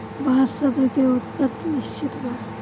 बांस शब्द के उत्पति अनिश्चित बा